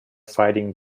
fighting